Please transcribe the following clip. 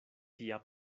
tia